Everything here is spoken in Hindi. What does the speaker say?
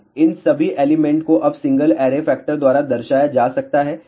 तो इन सभी एलिमेंट को अब सिंगल ऐरे फैक्टर द्वारा दर्शाया जा सकता है